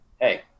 hey